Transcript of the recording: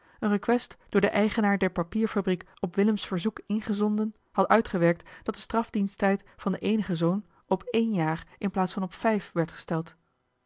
een rekwest door den eigenaar der papierfabriek op willems verzoek ingezonden had uitgewerkt dat de strafdiensttijd van den eenigen zoon op één jaar in plaats van op vijf werd gesteld